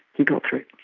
he got through.